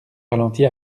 ralentit